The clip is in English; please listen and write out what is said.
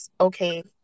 okay